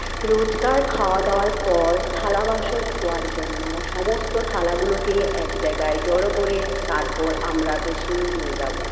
রোজকার খাওয়াদাওয়ার পর থালা বাসন ধোওয়ার জন্য সমস্ত থালাগুলোকে এক জায়গায় জড়ো করে তারপর আমরা বেসিনে নিয়ে যাব